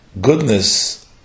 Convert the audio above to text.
goodness